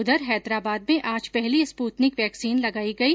उधर हैदराबाद में आज पहली स्प्रतनीक वैक्सीन लागई गई